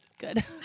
good